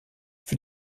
für